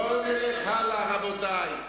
בואו נלך הלאה, רבותי.